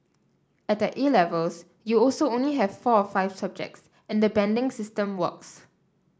at the A Levels you also only have four or five subjects and the banding system works